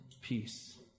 peace